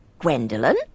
Gwendolyn